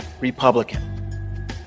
Republican